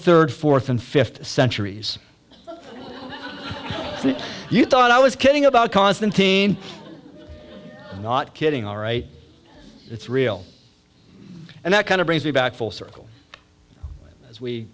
third fourth and fifth centuries you thought i was kidding about constantine not kidding all right it's real and that kind of brings me back full circle as we